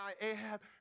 Ahab